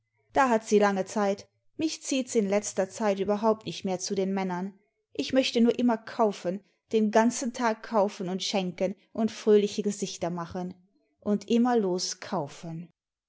da hat sie lange zeit mich zieht's in letzter zeit überhaupt nicht mehr zu den männern ich möchte nur immer kaufen den ganzen tag kaufen und schenken und fröhliche gesichter machen und immerlos kaufen